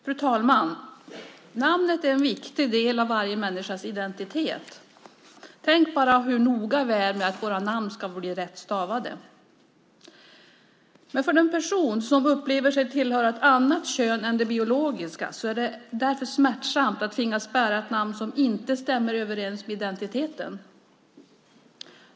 Fru talman! Namnet är en viktig del av varje människas identitet. Tänk bara hur noga vi är med att våra namn ska bli rätt stavade! Men för en person som upplever sig tillhöra ett annat kön än det biologiska är det därför smärtsamt att tvingas bära ett namn som inte stämmer överens med identiteten.